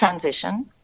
transition